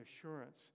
assurance